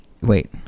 wait